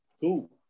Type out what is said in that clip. Cool